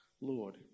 Lord